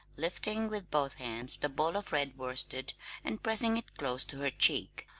lifting with both hands the ball of red worsted and pressing it close to her cheek,